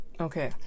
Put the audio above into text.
okay